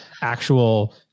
actual